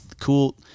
cool